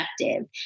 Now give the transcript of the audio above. productive